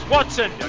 Watson